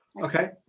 Okay